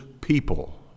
people